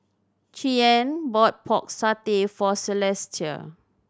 Cheyanne bought Pork Satay for Celestia